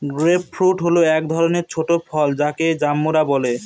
grape fruit হল এক ধরনের ছোট ফল যাকে জাম্বুরা বলে